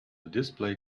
display